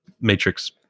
matrix